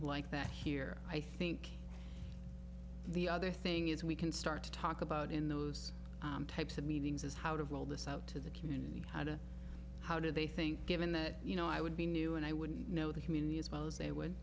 like that here i think the other thing is we can start to talk about in those types of meetings is how to roll this out to the community how to how do they think given that you know i would be new and i wouldn't know the community as well as they would